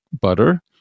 butter